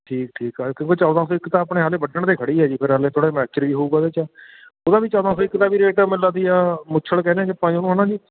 ਠੀਕ ਠੀਕ ਆ ਇੱਕ ਚੌਦ੍ਹਾਂ ਸੌ ਇੱਕ ਤਾਂ ਆਪਣੇ ਹਲੇ ਵੱਢਣ 'ਤੇ ਖੜ੍ਹੀ ਆ ਜੀ ਫਿਰ ਹਲੇ ਥੋੜ੍ਹੇ ਮੈਚਰ ਹੀ ਹੋਵੇਗਾ ਉਹਦੇ 'ਚ ਉਹਦਾ ਵੀ ਚੌਦ੍ਹਾਂ ਸੌ ਇੱਕ ਦਾ ਵੀ ਰੇਟ ਮੈਨੂੰ ਲੱਗਦੀ ਮੁੱਛਣ ਕਹਿੰਦੇ ਜੀ ਆਪਾਂ ਜਿਹਨੂੰ ਹੈ ਨਾ ਜੀ